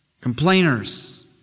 Complainers